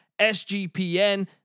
SGPN